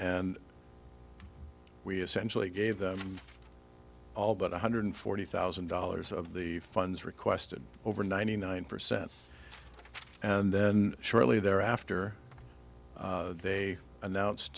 and we essentially gave them all but one hundred forty thousand dollars of the funds requested over ninety nine percent and then shortly thereafter they announced